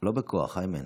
לא בכוח, איימן.